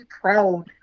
proud